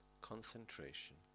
concentration